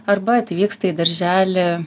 arba atvyksta į darželį